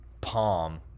palm